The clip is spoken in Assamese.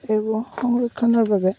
এইবোৰ সংৰক্ষণৰ বাবে